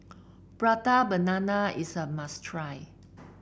Prata Banana is a must try